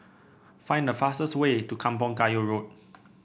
find the fastest way to Kampong Kayu Road